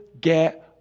get